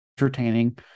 entertaining